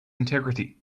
integrity